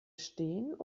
stehen